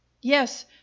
yes